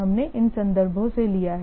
हमने इन संदर्भों से लिया है